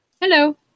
Hello